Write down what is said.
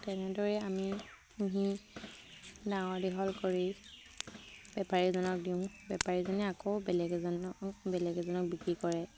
তেনেদৰে আমি পুহি ডাঙৰ দীঘল কৰি বেপাৰীজনক দিওঁ বেপাৰীজনে আকৌ বেলেগ এজনক বেলেগ এজনক বিক্ৰী কৰে